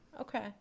Okay